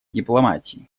дипломатии